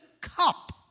cup